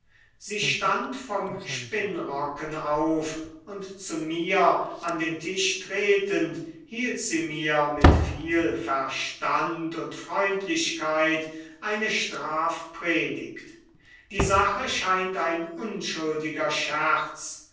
sie stand vom spinnrocken auf und zu mir an den tisch tretend hielt sie mir mit viel verstand und freundlichkeit eine strafpredigt die sache scheint ein unschuldiger scherz